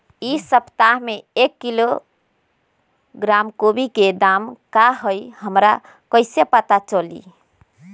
इ सप्ताह में एक किलोग्राम गोभी के दाम का हई हमरा कईसे पता चली?